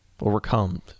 overcome